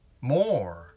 more